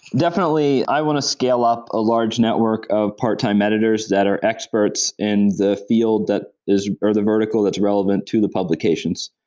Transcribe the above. definitely, i want to scale up a large network of part-time editors that are experts in the field that is, or the vertical that's relevant to the publications.